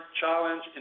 challenge